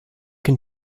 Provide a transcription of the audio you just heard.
can